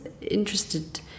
interested